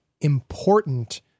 important